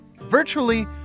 Virtually